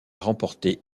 remporté